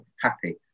happy